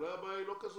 אולי הבעיה היא לא כזאת